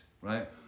right